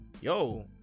yo